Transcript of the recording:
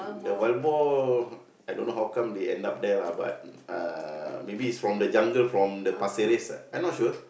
the wild boar I don't know how they end up there lah maybe is from the jungle from Pasir-Ris I not sure